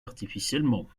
artificiellement